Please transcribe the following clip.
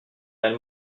elles